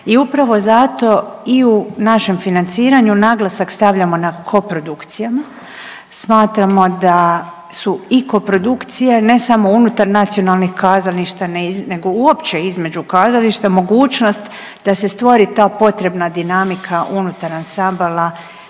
i upravo zato i u našem financiranju, naglasak stavljamo na koprodukcijama, smatramo da su i koprodukcije, ne samo unutar nacionalnih kazališta nego uopće između kazališta, mogućnost da se stvori ta potrebna dinamika unutar ansambala